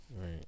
Right